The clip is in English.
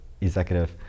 executive